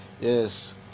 Yes